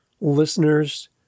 listeners